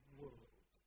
world